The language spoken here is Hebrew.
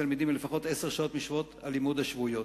תלמדים בלפחות עשר משעות הלימוד השבועיות.